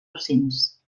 recents